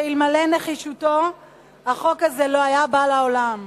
שאלמלא נחישותו החוק הזה לא היה בא לעולם.